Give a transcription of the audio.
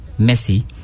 Messi